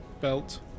belt